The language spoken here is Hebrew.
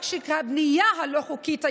רק שמהבנייה הלא-חוקית היהודית,